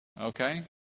Okay